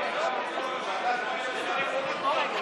כשאנחנו היינו שרים, לא נתנו לנו לעלות.